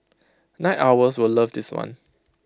night owls will love this one